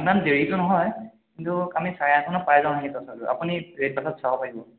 ইমান দেৰিটো নহয় কিন্তু আমি চাৰে আঠটামানত পাই যাম আহি তথাপিও আপুনি ৰেডবাছত চাব পাৰিব